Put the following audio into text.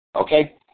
Okay